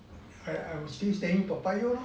I was still staying toa payoh lor